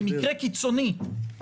במקרה קיצוני זה.